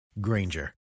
Granger